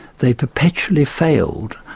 they've perpetually failed.